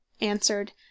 Answered